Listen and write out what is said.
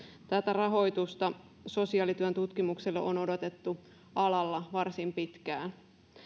tätä rahoitusta sosiaalityön tutkimukselle on odotettu alalla varsin pitkään